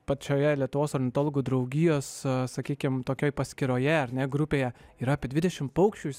pačioje lietuvos ornitologų draugijos sakykim tokioj paskyroje ar ne grupėje yra apie dvidešimt paukščių išsiųs